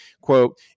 Quote